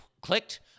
clicked